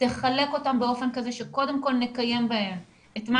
תחלק אותן באופן כזה שקודם כל נקיים בהם את מה